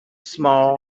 small